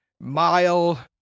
Mile